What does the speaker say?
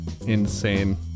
insane